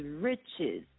riches